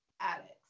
addicts